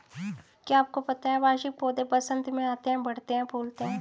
क्या आपको पता है वार्षिक पौधे वसंत में आते हैं, बढ़ते हैं, फूलते हैं?